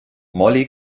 molly